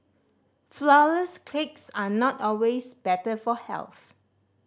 flourless cakes are not always better for health